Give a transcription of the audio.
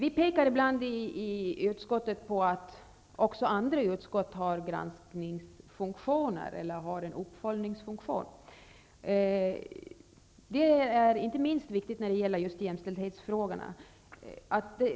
I utskottet påpekar vi ibland att också andra utskott har gransknings och uppföljningsfunktioner. Det är inte minst viktigt när det gäller just jämställdhetsfrågorna.